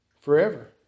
forever